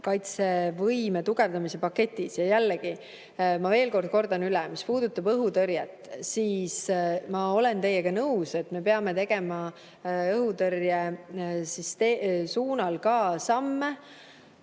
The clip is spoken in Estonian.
kaitsevõime tugevdamise paketis. Jällegi, ma veel kordan üle. Mis puudutab õhutõrjet, siis ma olen teiega nõus, et me peame tegema õhutõrje suunal ka samme.